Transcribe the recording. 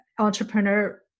Entrepreneur